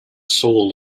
soul